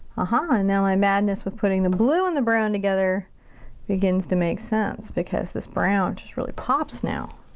ah ha! and now my madness of putting the blue and the brown together begins to make sense, because this brown just really pops now.